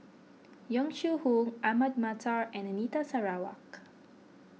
Yong Shu Hoong Ahmad Mattar and Anita Sarawak